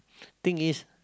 thing is